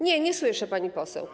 Nie, nie słyszę, pani poseł.